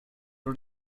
did